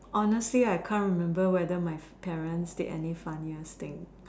honestly I can't remember whether my parents did any funniest thing